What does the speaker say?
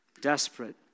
desperate